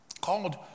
called